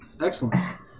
Excellent